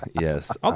yes